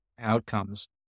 outcomes